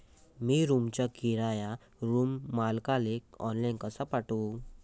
मी रूमचा किराया रूम मालकाले ऑनलाईन कसा पाठवू?